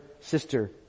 sister